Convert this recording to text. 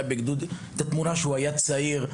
תמונה מכשהיה בחור צעיר.